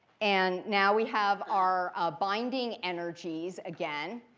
and now we have our binding energies again.